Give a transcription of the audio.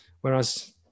Whereas